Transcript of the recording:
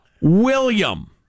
William